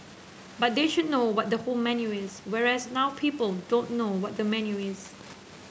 but they should know what the whole menu is whereas now people don't know what the menu is